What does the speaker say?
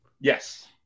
Yes